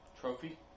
Trophy